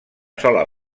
sola